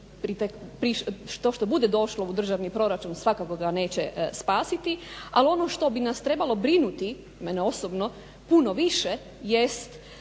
to što bude došlo u državni proračun, svakako ga neće spasiti ali ono što bi nas trebalo brinuti, mene osobno puno više